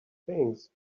things